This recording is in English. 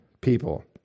people